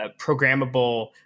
programmable